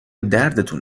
دردتون